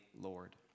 Lord